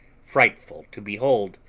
frightful to behold,